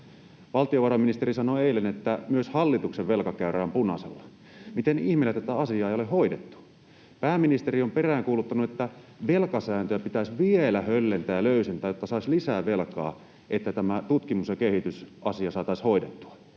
Valtiovarainministeri sanoi eilen, että myös hallituksen velkakäyrä on punaisella. Miten ihmeellä tätä asiaa ei ole hoidettu? Pääministeri on peräänkuuluttanut, että velkasääntöjä pitäisi vielä höllentää ja löysentää, jotta saisi lisää velkaa, niin että tämä tutkimus‑ ja kehitysasia saataisiin hoidettua.